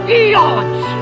eons